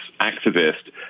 activist